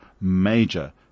major